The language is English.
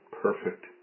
perfect